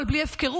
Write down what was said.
אבל בלי הפקרות,